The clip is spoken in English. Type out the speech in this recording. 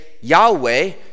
Yahweh